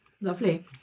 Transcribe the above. Lovely